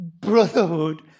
brotherhood